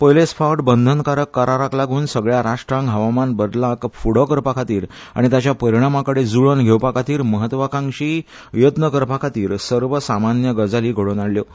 पयलेच फावटी बंधनकारक कराराक लागून सगळ्या राष्ट्रांक हवामान बदलांक फुडो करपा खातीर आनी ताच्या परिणामा कडेन जुळोवन घेवपा खातीर म्हत्वाकांक्षी यत्न करपा खातीर सर्वसामान्य गजाली घडोवन हाडल्यो